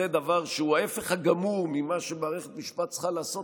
היא ההפך הגמור ממה שמערכת משפט צריכה לעשות,